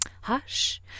Hush